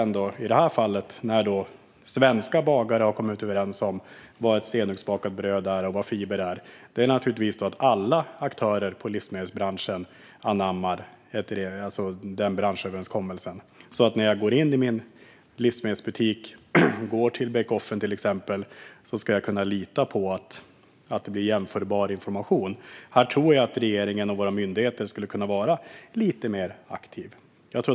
När svenska bagare nu har kommit överens om vad som är ett stenugnsbakat bröd och vad som är fiber är det viktigt att alla aktörer i livsmedelsbranschen anammar den branschöverenskommelsen. När jag går in i min livsmedelsbutik, till exempelvis för att köpa bake-off, ska jag alltså kunna lita på att informationen är jämförbar. Jag tror att regeringen och våra myndigheter skulle kunna vara lite mer aktiva här.